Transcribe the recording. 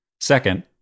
Second